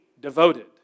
devoted